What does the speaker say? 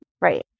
Right